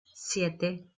siete